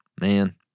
Man